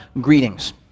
greetings